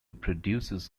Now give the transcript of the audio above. produces